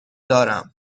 دارم